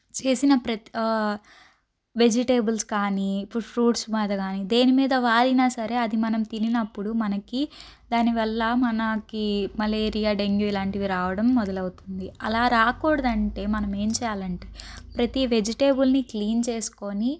చేసిన ప్రతి వెజిటేబుల్స్ కానీ ఇప్పుడు ఫ్రూట్స్ మీద కాని దేనిమీద వాలిన సరే అది మనం తినినప్పుడు మనకి దానివల్ల మనకి మలేరియా డెంగ్యూ ఇలాంటివి రావడం మొదలవుతుంది అలా రాకూడదంటే మనం ఏం చేయాలంటే ప్రతి వెజిటేబుల్ని క్లీన్ చేసుకొని